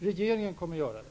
Regeringen kommer att göra det.